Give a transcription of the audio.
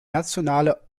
nationale